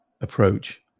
approach